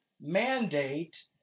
mandate